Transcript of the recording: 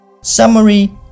Summary